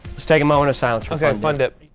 let's take a moment of silence for fun dip.